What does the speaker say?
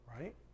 Right